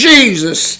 Jesus